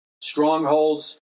strongholds